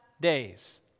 days